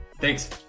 thanks